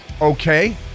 okay